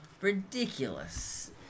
ridiculous